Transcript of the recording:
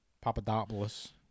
Papadopoulos